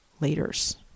leaders